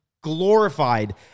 glorified